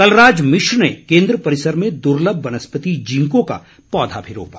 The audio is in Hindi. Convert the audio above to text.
कलराज मिश्र ने केन्द्र परिसर में दुर्लभ वनस्पति जिंको का पौधा भी रोपा